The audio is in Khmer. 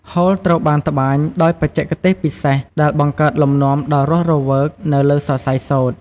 ហូល ត្រូវបានត្បាញដោយបច្ចេកទេសពិសេសដែលបង្កើតលំនាំដ៏រស់រវើកនៅលើសរសៃសូត្រ។